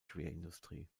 schwerindustrie